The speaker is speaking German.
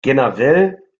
generell